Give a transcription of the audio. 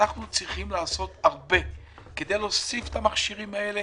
אנחנו צריכים לעשות הרבה כדי להוסיף את המכשירים האלה